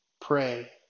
Pray